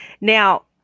now